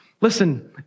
Listen